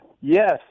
Yes